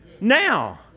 now